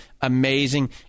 Amazing